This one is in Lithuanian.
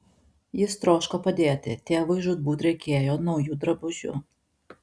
jis troško padėti tėvui žūtbūt reikėjo naujų drabužių